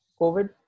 COVID